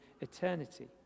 eternity